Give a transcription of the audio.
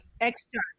extra